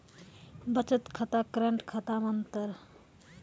बचत खाता करेंट खाता मे अंतर?